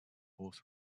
both